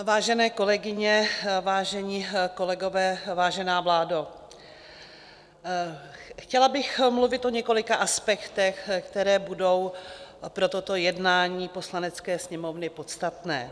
Vážené kolegyně, vážení kolegové, vážená vládo, chtěla bych mluvit o několika aspektech, které budou pro toto jednání Poslanecké sněmovny podstatné.